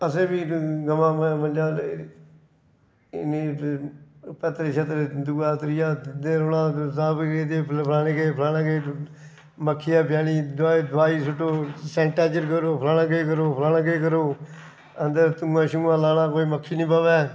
असें बी गवां मंझां पत्तर शत्तर दूआ त्रीया दिंदे रौह्ना सब किश फलाना किश फलाना किश मक्खी आह्ली दोआई सुट्टो सैन्टाइजर करो फलाना किश करो फलाना किश करो फलाना किश करो अंदर धुंआ शुआं लाना कोई मक्खी शक्खी नेईं बह्बै